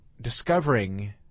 discovering